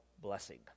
blessing